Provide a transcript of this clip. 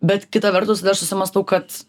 bet kita vertus susimąstau kad